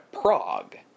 Prague